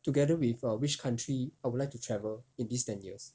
together with err which country I would like to travel in this ten years